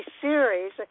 series